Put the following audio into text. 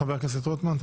חבר הכנסת רוטמן.